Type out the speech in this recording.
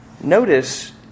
Notice